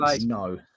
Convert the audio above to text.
No